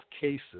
cases